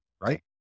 right